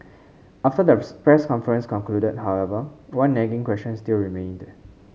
after the press conference concluded however one nagging question still remained